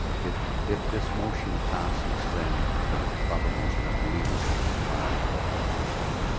if if this motion passes, then the proper motion, i believe, would be to file the recommendations.